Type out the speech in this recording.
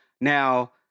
Now